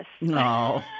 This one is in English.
No